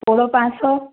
ପୋଡ଼ ପାଞ୍ଚ ଶହ